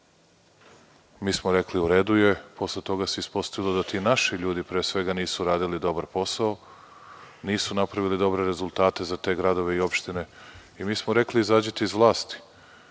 mi smo rekli – u redu je. Posle toga se ispostavilo da ti naši ljudi pre svega nisu radili dobar posao, nisu napravili dobre rezultate za te gradove i opštine i mi smo rekli – izađite iz